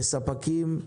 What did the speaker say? בספקים,